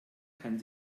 kann